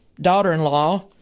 daughter-in-law